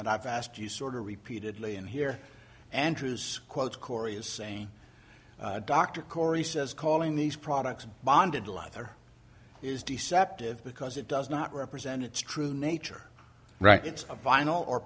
that i've asked you sort of repeatedly in here andrews quote corey is saying dr corey says calling these products bonded leather is deceptive because it does not represent its true nature right it's a vinyl